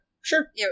Sure